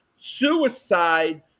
suicide